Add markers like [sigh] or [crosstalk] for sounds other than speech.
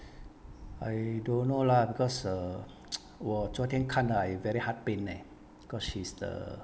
I don't know lah because err [noise] 我昨天看 ah very heart pain leh cause she's the